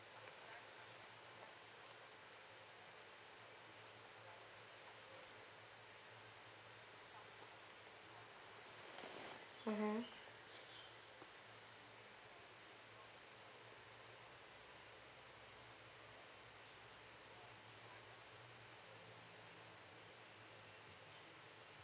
mmhmm